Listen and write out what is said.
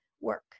work